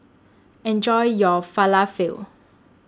Enjoy your Falafel